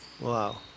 Wow